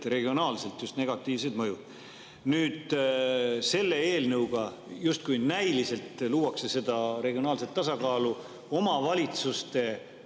regionaalselt just negatiivsed mõjud. Nüüd, selle eelnõuga, justkui näiliselt luuakse seda regionaalset tasakaalu omavalitsuste